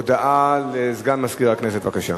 הודעה לסגן מזכירת הכנסת, בבקשה.